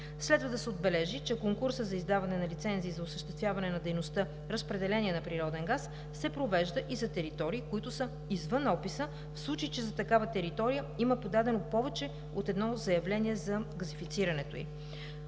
Следва да се отбележи, че конкурсът за издаване на лицензии за осъществяване на дейността „разпределение на природен газ“ се провежда и за територии, които са извън описа, в случай че за такава територия има подадено повече от едно заявление за газифицирането ѝ.